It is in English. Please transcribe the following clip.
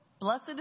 Blessed